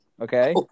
Okay